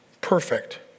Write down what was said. perfect